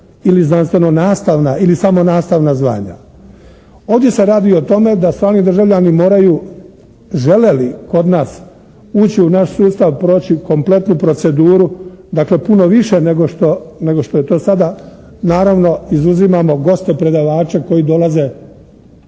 ili znanstveno nastavna ili samo nastavna zvanja. Ovdje se radi o tome da strani državljani moraju žele li kod nas ući u naš sustav, proći kompletnu proceduru dakle puno više nego što je to sada. Naravno izuzimamo gosto predavače koji dolaze